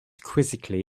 quizzically